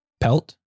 pelt